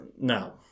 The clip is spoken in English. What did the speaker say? No